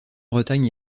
bretagne